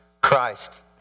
Christ